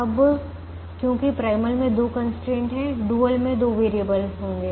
अब क्योंकि प्राइमल में दो कंस्ट्रेंट है डुअल में दो वेरिएबल होंगे